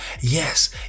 yes